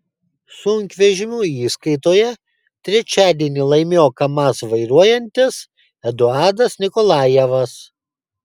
sunkvežimių įskaitoje trečiadienį laimėjo kamaz vairuojantis eduardas nikolajevas